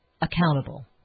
accountable